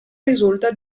risulta